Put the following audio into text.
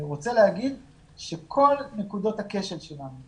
אני רוצה לומר שכל נקודות הכשל שלנו,